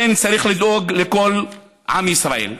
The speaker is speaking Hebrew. צריך לדאוג לכל עם ישראל.